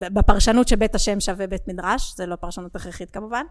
בפרשנות שבית השם = בית מדרש, זה לא פרשנות הכרחית כמובן.